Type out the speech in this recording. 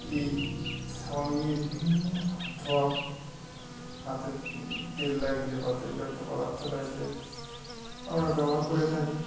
এই সাবান দিয়ে বিভিন্ন হাত ধোওয়া হাতে তেল লাগলে বা তৈলাক্ত পদার্থ লাগলে আমরা ব্যবহার করে থাকি